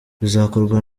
bizakorwa